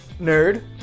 Nerd